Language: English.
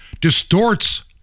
distorts